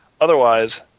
Otherwise